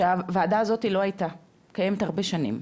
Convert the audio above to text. שהוועדה הזאתי לא הייתה קיימת הרבה שנים,